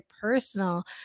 personal